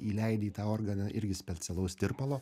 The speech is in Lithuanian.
įleidi į tą organą irgi specialaus tirpalo